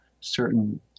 certain